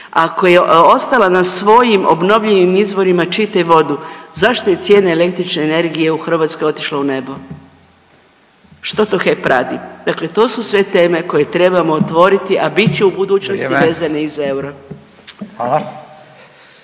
ako je ostala na svojim obnovljiv izvorima čitaj vodu zašto je cijena električne energije u Hrvatskoj otišla u nebo, što to HEP radi. Dakle, to su sve teme koje trebamo otvoriti, a bit će u budućnosti …/Upadica: